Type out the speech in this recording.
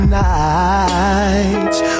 nights